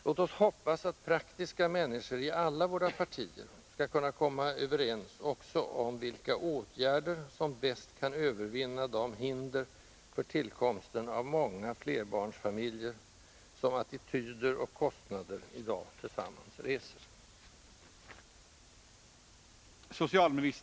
Låt oss hoppas att praktiska människor i alla våra partier skall kunna komma överens också om vilka åtgärder som bäst kan övervinna de hinder för tillkomsten av många flerbarnsfamiljer som attityder och kostnader tillsammans i dag reser.